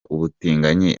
ubutinganyi